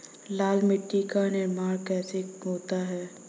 लाल मिट्टी का निर्माण कैसे होता है?